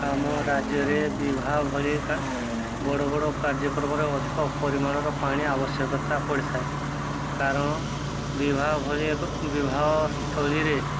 ଆମ ରାଜ୍ୟରେ ବିବାହ ଭଳି ଏକା ବଡ଼ ବଡ଼ କାର୍ଯ୍ୟକ୍ରମରେ ଅଧିକ ପରିମାଣର ପାଣି ଆବଶ୍ୟକତା ପଡ଼ିଥାଏ କାରଣ ବିବାହ ଭଳି ଏକ ବିବାହସ୍ଥଳୀରେ